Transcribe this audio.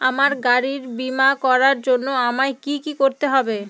আমার গাড়ির বীমা করার জন্য আমায় কি কী করতে হবে?